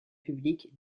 publics